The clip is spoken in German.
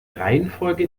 reihenfolge